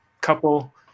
couple